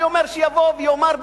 אני אומר שיבוא ויאמר,